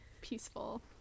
Peaceful